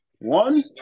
One